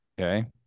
Okay